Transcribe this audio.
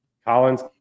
Collins